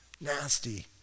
nasty